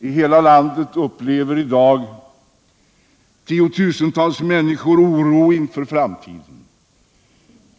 I hela landet upplever i dag tiotusentals människor oro inför framtiden.